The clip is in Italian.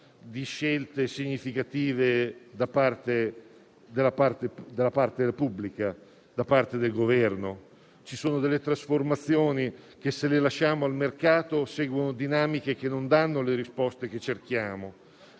di scelte significative della parte pubblica, da parte del Governo. Ci sono delle trasformazioni che, se le lasciamo al mercato, seguono dinamiche che non danno le risposte che cerchiamo.